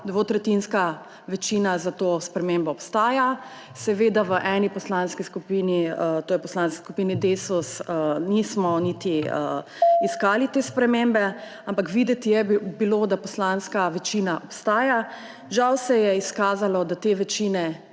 dvotretjinska večina za to spremembo obstaja. Seveda v eni poslanski skupini, to je Poslanski skupini Desus, nismo niti iskali te spremembe, ampak videti je bilo, da poslanska večina obstaja. Žal se je izkazalo, da te večine